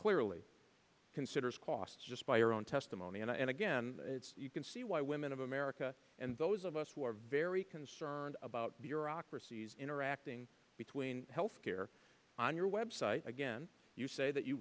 clearly considers cost just by your own testimony and again you can see why women of america and those of us who are very concerned about bureaucracies interacting between health care on your website again you say that you